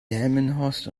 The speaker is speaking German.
delmenhorst